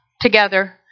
together